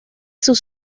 sus